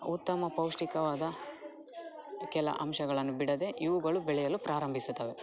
ಉತ್ತಮ ಪೌಷ್ಟಿಕವಾದ ಕೆಲ ಅಂಶಗಳನ್ನು ಬಿಡದೆ ಇವುಗಳು ಬೆಳೆಯಲು ಪ್ರಾರಂಭಿಸುತ್ತವೆ